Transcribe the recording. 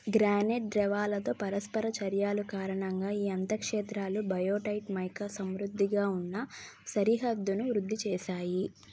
granite ద్రవాలతో పరస్పర చర్యాలు కారణంగా ఈ అంతఃక్షేత్రాలు బయోటైట్ మైకా సమృద్ధిగా ఉన్న సరిహద్దును వృద్ధి చేసాయి